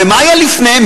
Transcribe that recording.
ומה היה לפני?